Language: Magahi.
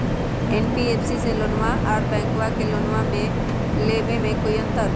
एन.बी.एफ.सी से लोनमा आर बैंकबा से लोनमा ले बे में कोइ अंतर?